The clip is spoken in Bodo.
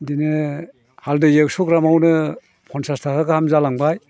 बिदिनो हालदै एक्स'ग्रामआवनो फनसास थाखा गाहाम जालांबाय